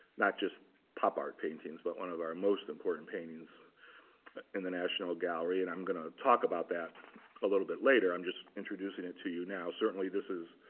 not just pop art paintings but one of our most important paintings in the national gallery. and i'm going to talk about that a little bit later. i'm just introducing it to you now. certainly, this is